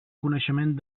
coneixement